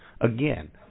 Again